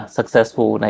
Successful